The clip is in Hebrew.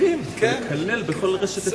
והבה.